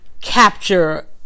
capture